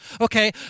Okay